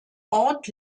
ort